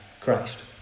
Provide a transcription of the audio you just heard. Christ